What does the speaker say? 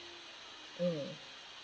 mm